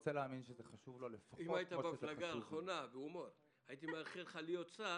הייתי מאחל לך להיות שר,